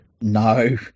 No